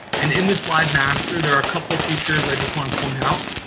and in the slide master, there are a couple features i just want to point out.